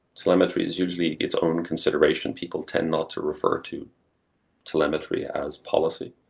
telemetry is hugely its own consideration people tend not to refer to telemetry as policy.